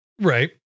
Right